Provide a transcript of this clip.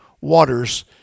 waters